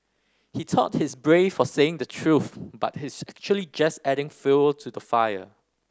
he thought he's brave for saying the truth but he's actually just adding fuel to the fire